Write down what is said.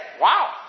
Wow